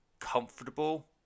comfortable